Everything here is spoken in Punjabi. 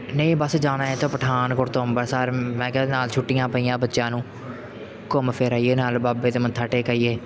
ਨਹੀਂ ਬਸ ਜਾਣਾ ਹੈ ਤਾਂ ਪਠਾਨਕੋਟ ਤੋਂ ਅੰਮ੍ਰਿਤਸਰ ਮੈਂ ਕਿਹਾ ਨਾਲ ਛੁੱਟੀਆਂ ਪਈਆਂ ਬੱਚਿਆਂ ਨੂੰ ਘੁੰਮ ਫਿਰ ਆਈਏ ਨਾਲ ਬਾਬੇ ਦੇ ਮੱਥਾ ਟੇਕ ਆਈਏ